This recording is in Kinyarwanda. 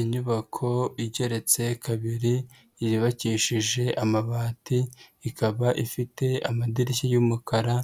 Inyubako igeretse kabiri yubakishije amabati, ikaba ifite amadirishya y'umukara